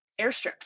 airstrips